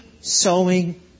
sowing